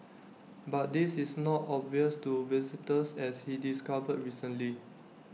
but this is not obvious to visitors as he discovered recently